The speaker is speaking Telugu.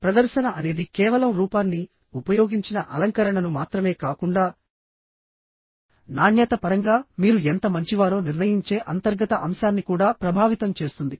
ప్రదర్శన అనేది కేవలం రూపాన్నిఉపయోగించిన అలంకరణను మాత్రమే కాకుండా నాణ్యత పరంగా మీరు ఎంత మంచివారో నిర్ణయించే అంతర్గత అంశాన్ని కూడా ప్రభావితం చేస్తుంది